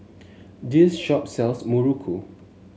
this shop sells Muruku